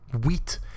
wheat